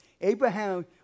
Abraham